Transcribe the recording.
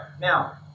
now